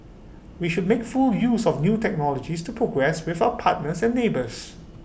we should make full use of new technologies to progress with our partners and neighbours